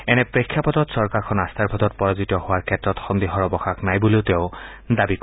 এনে প্ৰেক্ষাপটত চৰকাৰখন আস্থাৰ ভোটত পৰাজিত হোৱাৰ ক্ষেত্ৰত সন্দেহৰ অৱকাশ নাই বুলি তেওঁ দাবী কৰে